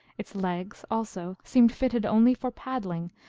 its legs, also, seem fitted only for paddling,